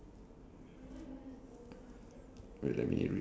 okay so for silly the first one is